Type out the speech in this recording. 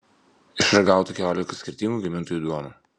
išragauta keliolika skirtingų gamintojų duonų